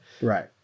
Right